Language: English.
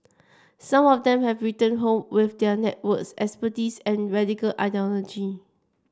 some of them have returned home with their networks expertise and radical ideology